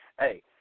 Hey